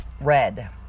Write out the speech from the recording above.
red